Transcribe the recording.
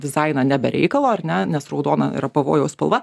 dizainą ne be reikalo ar ne nes raudona yra pavojaus spalva